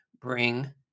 bring